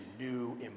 new